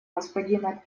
господина